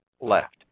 left